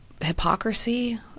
hypocrisy